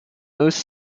most